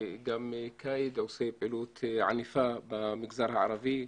גם כאיד שעושה פעילות ענפה במגזר הערבי.